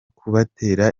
kubatera